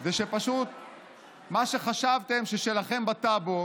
זה שפשוט מה שחשבתם ששלכם בטאבו